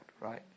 right